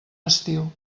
estiu